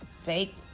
Fake